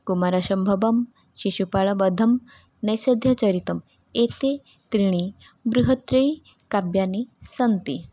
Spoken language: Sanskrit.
कुमारमम्भवं शिशुपालवधं नैषधीयचरितम् एतानि त्रीणि बृहत्त्रयी काव्यानि सन्ति